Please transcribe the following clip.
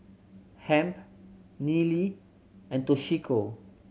Hamp Neely and Toshiko